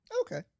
Okay